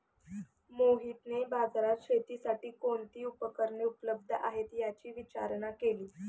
मोहितने बाजारात शेतीसाठी कोणती उपकरणे उपलब्ध आहेत, याची विचारणा केली